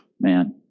man